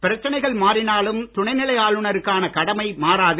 பிரச்சனைகள் மாறினாலும் துணை நிலை ஆளுநருக்கான கடமை மாறாது